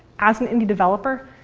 as an indie developer,